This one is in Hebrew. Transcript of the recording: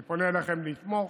אני פונה אליכם לתמוך.